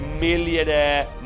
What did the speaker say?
millionaire